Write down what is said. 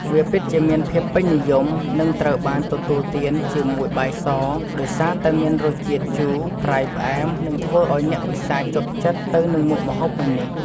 វាពិតជាមានភាពពេញនិយម និងត្រូវបានទទួលទានជាមួយបាយស ដោយសារតែមានរសជាតិជូរ ប្រៃ ផ្អែម និងធ្វើឱ្យអ្នកពិសាជាប់ចិត្តទៅនឹងមុខម្ហូបមួយនេះ។